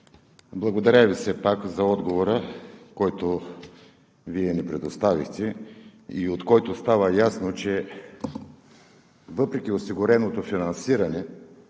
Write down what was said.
Благодаря Ви все пак за отговора, който ни предоставихте, от който става ясно, че въпреки осигуреното финансиране,